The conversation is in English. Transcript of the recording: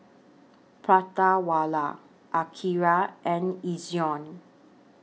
Prata Wala Akira and Ezion